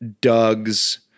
Doug's